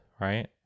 Right